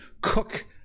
cook